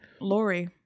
Lori